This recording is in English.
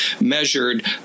measured